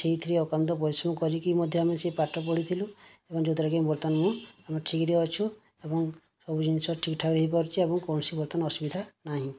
ସେହିଥିରେ ଅକ୍ଳାନ୍ତ ପରିଶ୍ରମ କରିକି ମଧ୍ୟ ଆମେ ସେ ପାଠ ପଢ଼ିଥିଲୁ ଏବଂ ଯଦ୍ଦ୍ୱାରା କି ବର୍ତ୍ତମାନ ମୁଁ ଆମେ ଠିକ୍ରେ ଅଛୁ ଏବଂ ସବୁ ଜିନିଷ ଠିକ୍ଠାକ୍ରେ ହୋଇପାରୁଛି ଏବଂ କୌଣସି ବର୍ତ୍ତମାନ ଅସୁବିଧା ନାହିଁ